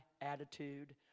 attitude